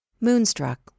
Moonstruck